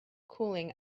cooling